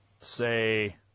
say